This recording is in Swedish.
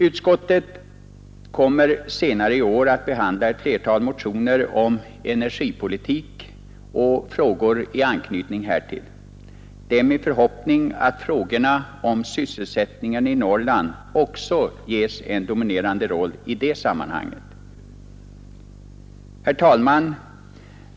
Utskottet kommer senare i år att behandla ett flertal motioner om energipolitik och frågor i anknytning härtill. Det är min förhoppning att frågorna om sysselsättningen i Norrland också ges en dominerande roll i det sammanhanget. Herr talman!